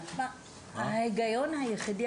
ההיגיון היחידי,